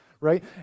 right